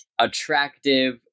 attractive